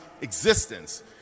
existence